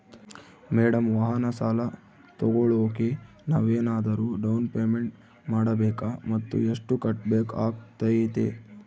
Madam ವಾಹನ ಸಾಲ ತೋಗೊಳೋಕೆ ನಾವೇನಾದರೂ ಡೌನ್ ಪೇಮೆಂಟ್ ಮಾಡಬೇಕಾ ಮತ್ತು ಎಷ್ಟು ಕಟ್ಬೇಕಾಗ್ತೈತೆ?